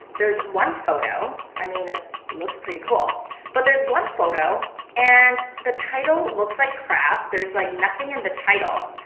there's one photo. i mean it looks pretty cool but there's one photo and the title looks like crap. there's like nothing in the title.